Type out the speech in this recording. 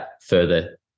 further